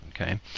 okay